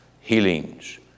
healings